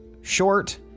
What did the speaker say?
short